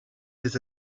des